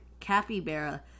capybara